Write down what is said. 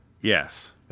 Yes